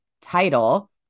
title